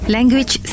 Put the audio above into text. Language